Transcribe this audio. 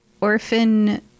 orphan